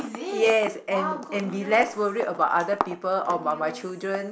yes and and be less worried about other people or my my children